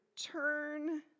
turn